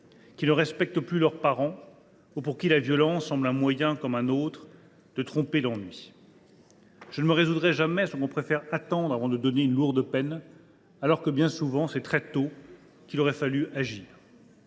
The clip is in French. qui ne respectent plus leurs parents, ou pour qui la violence semble un moyen comme un autre de tromper l’ennui. « Je ne me résoudrai jamais à ce que l’on préfère attendre avant de donner une lourde peine, alors que, bien souvent, c’est très tôt qu’il aurait fallu agir.